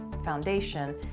foundation